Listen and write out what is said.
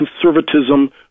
conservatism